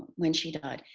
when she died.